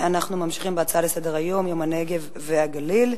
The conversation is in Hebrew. אנחנו ממשיכים בהצעות לסדר-היום: יום הנגב והגליל.